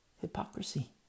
Hypocrisy